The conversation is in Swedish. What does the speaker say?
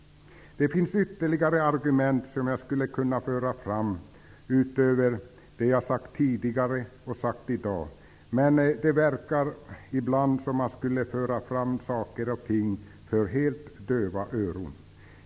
Jag skulle kunna föra fram ytterligare argument, utöver vad jag sagt i dag och tidigare, men ibland verkar det som att man talar för helt döva öron.